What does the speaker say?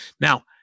Now